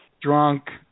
drunk